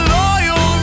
loyal